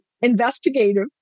investigative